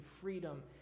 freedom